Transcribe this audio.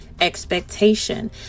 expectation